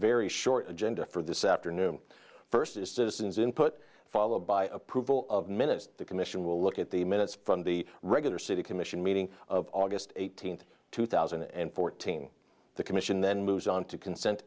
very short agenda for this afternoon first is citizen's input followed by approval of minutes the commission will look at the minutes from the regular city commission meeting of august eighteenth two thousand and fourteen the commission then moves on to consent